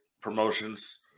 promotions